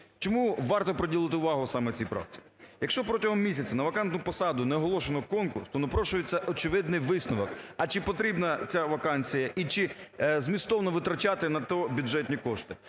Чому варто приділити увагу саме цій правці? Якщо протягом місяця на вакантну посаду не оголошено конкурс, то напрошується очевидний висновок: а чи потрібна ця вакансія і чи змістовно витрачати на те бюджетні кошти?